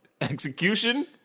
execution